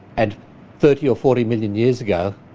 and thirty or forty million years ago,